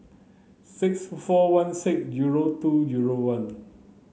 six four one six zero two zero one